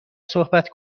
صحبت